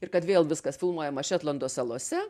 ir kad vėl viskas filmuojama šetlando salose